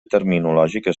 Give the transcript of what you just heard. terminològic